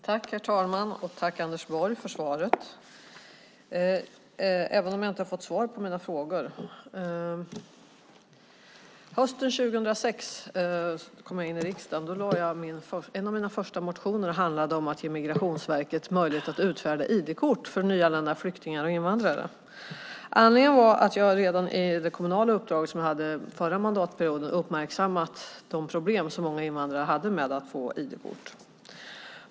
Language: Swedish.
Herr talman! Tack, Anders Borg, för svaret - även om jag inte har fått svar på mina frågor! Hösten 2006 kom jag in i riksdagen. En av mina första motioner handlade om att ge Migrationsverket möjlighet att utfärda ID-kort för nyanlända flyktingar och invandrare. Anledningen var att jag redan i det kommunala uppdraget som jag hade förra mandatperioden uppmärksammat de problem som många invandrare hade med att få ID-kort.